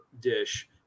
dish